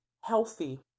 healthy